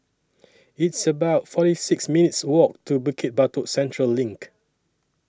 It's about forty six minutes' Walk to Bukit Batok Central LINK